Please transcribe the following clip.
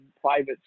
private